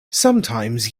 sometimes